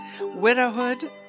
Widowhood